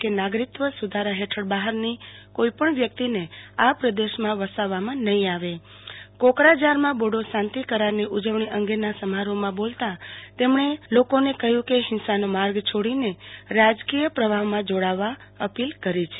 કે નાગરીકત્વ સુધારા હેઠળ બહારની કોઈ વ્યક્તિને આ પ્રદેશમાં વસાવવામાં નહી આવે કોકરાજારમાં બોડો શાંતિ કરારની ઉજવણી અંગેના સમારોહમાં બોલતા તેમણે લોકોને કહ્યુ કે હીંસાનો માર્ગ છોડીને રાજકીય પ્રવાહમાં જોડાવા અપીલ કરી છે